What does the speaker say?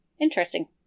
Interesting